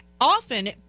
often